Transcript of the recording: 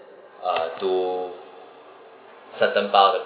uh do certain part of the